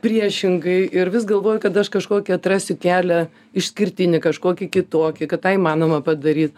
priešingai ir vis galvoju kad aš kažkokį atrasiu kelią išskirtinį kažkokį kitokį kad tą įmanoma padaryt